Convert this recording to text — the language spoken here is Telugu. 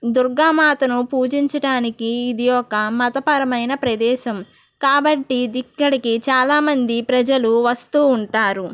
దుర్గా మాతను పూజించటానికి ఇది ఒక మతపరమైన ప్రదేశం కాబట్టి ఇక్కడికి చాలా మంది ప్రజలు వస్తూ ఉంటారు